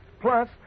plus